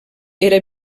era